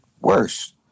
worse